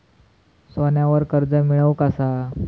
सोन्यावर कर्ज मिळवू कसा?